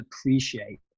appreciate